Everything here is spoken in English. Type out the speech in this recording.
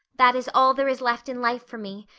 that is all there is left in life for me,